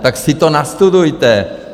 Tak si to nastudujte!